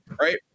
right